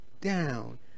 down